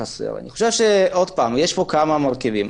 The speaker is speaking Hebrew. יש פה כמה מרכיבים.